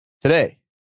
Today